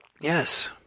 Yes